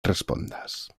respondas